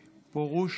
פרוש.